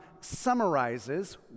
summarizes